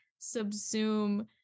subsume